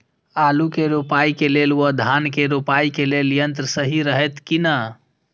आलु के रोपाई के लेल व धान के रोपाई के लेल यन्त्र सहि रहैत कि ना?